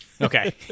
okay